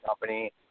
company